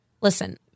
Listen